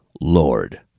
Lord